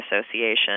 association